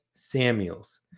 samuels